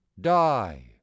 die